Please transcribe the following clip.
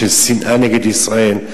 של שנאה נגד ישראל.